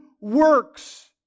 works